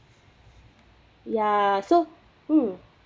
ya so mm